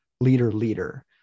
leader-leader